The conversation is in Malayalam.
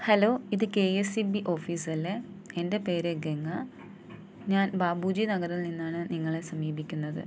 ഹലോ ഇത് കെ എസ് ഈ ബി ഓഫീസല്ലേ എൻ്റെ പേര് ഗംഗ ഞാൻ ബാബുജി നഗറിൽ നിന്നാണ് നിങ്ങളെ സമീപിക്കുന്നത്